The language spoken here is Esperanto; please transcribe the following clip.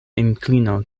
inklino